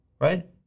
Right